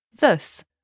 thus